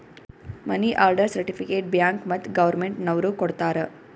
ಮನಿ order certificate bank ಮತ್ತ್ government ನವ್ರು ಕೊಡ್ತಾರ